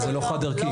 זה לא חד ערכי.